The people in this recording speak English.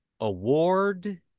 award